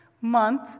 month